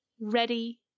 ready